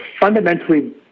fundamentally